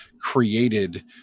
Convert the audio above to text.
created